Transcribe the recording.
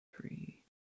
Three